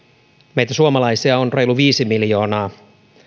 meitä suomalaisia on reilu viisi miljoonaa